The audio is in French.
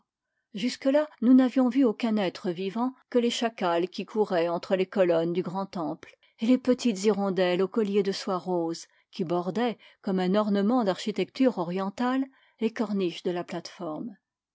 là nous n'avions vu aucun être vivant que les chacals qui couraient entre les colonnes du grand temple et les petites hirondelles au collier de soie rose qui bordaient comme un ornement d'architecture orientale les corniches de la plate-forme